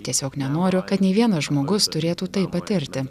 tiesiog nenoriu kad nei vienas žmogus turėtų tai patirti